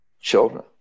children